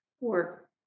work